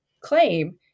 claim